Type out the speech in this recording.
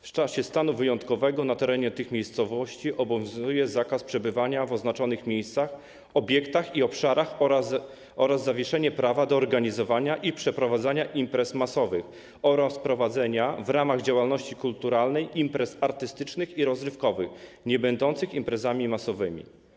W czasie stanu wyjątkowego na terenie tych miejscowości obowiązuje zakaz przebywania w oznaczonych miejscach, obiektach i obszarach oraz zawieszenie prawa do organizowania i przeprowadzania imprez masowych oraz prowadzenia w ramach działalności kulturalnej imprez artystycznych i rozrywkowych niebędących imprezami masowymi.